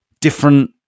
different